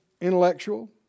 intellectual